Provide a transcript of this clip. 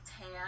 tan